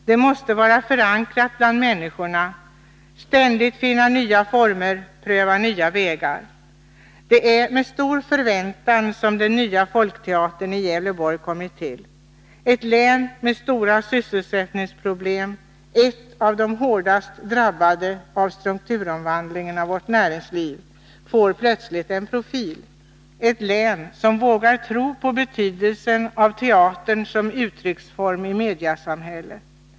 Det måste vara förankrat bland människorna, ständigt finna nya former, pröva nya vägar. Det är med stor förväntan som den nya Folkteatern i Gävleborg kommit till. Ett län med stora sysselsättningsproblem, ett av de län som hårdast drabbats av strukturomvandlingen av vårt näringsliv, får plötsligt en profil. Det är ett län som vågar tro på betydelsen av teatern som uttrycksform i mediasamhället.